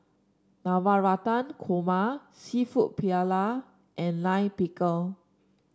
Navratan Korma seafood Paella and Lime Pickle